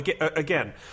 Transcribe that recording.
Again